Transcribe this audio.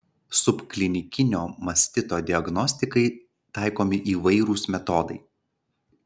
subklinikinio mastito diagnostikai taikomi įvairūs metodai